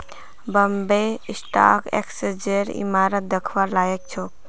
Bombay stock एक्सचेंजेर इमारत दखवार लायक छोक